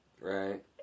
Right